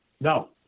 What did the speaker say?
No